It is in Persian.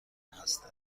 هستم